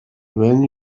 when